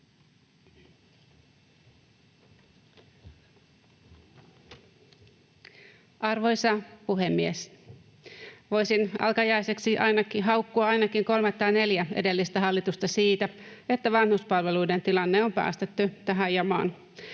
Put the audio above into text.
Arvoisa puhemies! Voisin alkajaisiksi haukkua ainakin kolme tai neljä edellistä hallitusta siitä, että vanhuspalveluiden tilanne on päästetty tähän jamaan.